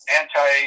anti